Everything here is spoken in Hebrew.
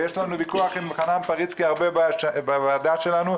יש לנו הרבה ויכוחים עם חנן פריצקי בוועדה שלנו,